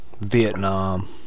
Vietnam